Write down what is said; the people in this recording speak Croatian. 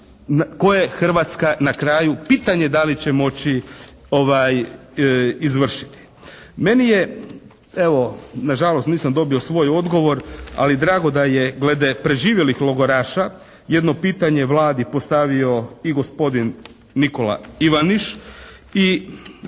koje Hrvatska na kraju pitanje da li će moći izvršiti? Meni je, evo nažalost nisam dobio svoj odgovor, ali drago da je glede preživjelih logoraša jedno pitanje Vladi postavio i gospodin Nikola Ivaniš.